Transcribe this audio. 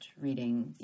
reading